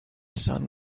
sun